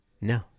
No